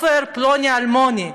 עופר פלוני-אלמוני.